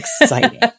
exciting